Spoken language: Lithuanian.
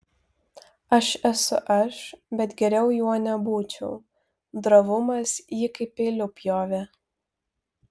aš esu aš bet geriau juo nebūčiau drovumas jį kaip peiliu pjovė